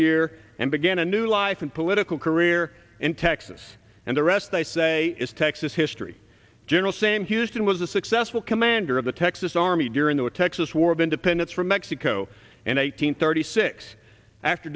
year and began a new life and political career in texas and the rest i say is texas history general same houston was a successful commander of the texas army during the texas war of independence from mexico and eight hundred thirty six after